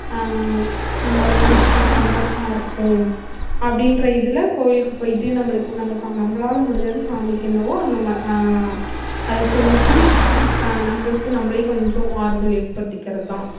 நம்ப மனசுக்கு ஒரு சந்தோஷமாக இருக்கும் அப்படின்ற இதில் கோயிலுக்கு போயிவிட்டு நம்பளுக்கு நம்ப ச நம்பளால் முடிஞ்சது சாமிக்கு என்னவோ அந்த மா அது செஞ்சு நம்புளுக்குன்னு நம்பளே கொஞ்சம் ஆறுதல் ஏற்படுத்திக்கிறத்தான்